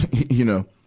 you know.